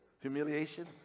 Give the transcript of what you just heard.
humiliation